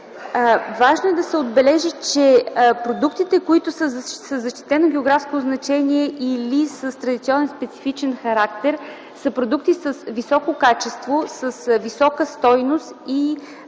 Важно е да се отбележи, че продуктите, които са със защитено географско означение или с традиционен специфичен характер, са продукти с високо качество, с висока стойност и